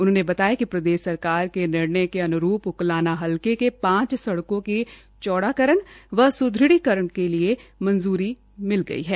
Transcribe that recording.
उन्होंने बताया कि प्रदेश सरकार के निर्णय के अन्रूप उकलाना हलके के पांच सड़को को चौड़ाकरण व सुंदरीकरण करेन के लिए मंजूरी दी गई है